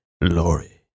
Lori